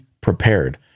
prepared